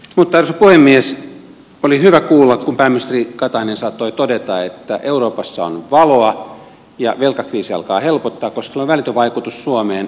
mutta arvoisa puhemies oli hyvä kuulla kun pääministeri katainen saattoi todeta että euroopassa on valoa ja velkakriisi alkaa helpottaa koska sillä on välitön vaikutus suomeen